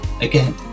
again